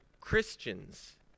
Christians